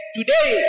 today